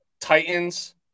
Titans